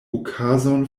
okazon